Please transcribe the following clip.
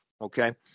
Okay